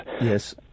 yes